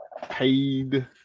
Paid